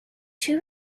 two